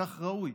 כך ראוי?